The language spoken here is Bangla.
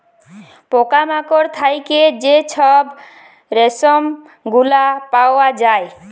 পকা মাকড় থ্যাইকে যে ছব রেশম গুলা পাউয়া যায়